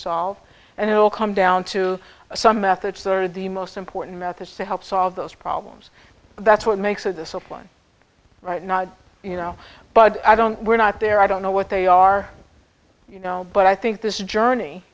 solve and it will come down to some methods that are the most important methods to help solve those problems that's what makes a discipline right now you know but i don't we're not there i don't know what they are you know but i think this journey